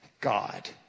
God